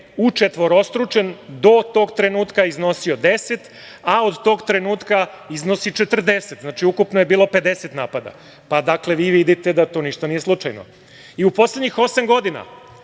učetvorostručen. Do tog trenutka je iznosio 10, a od tog trenutka iznosi 40, znači, ukupno je bilo 50 napada, pa vi vidite da tu ništa nije slučajno.U poslednjih osam godina